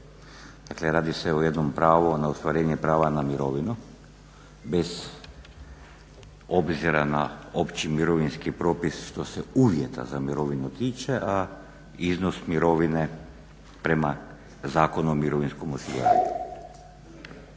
Dakle radi se o jednom pravu a na ostvarenje prava na mirovinu bez obzira na opći mirovinski propis što se uvjeta za mirovinu tiče, a iznos mirovine prema Zakonu o mirovinskom osiguranju.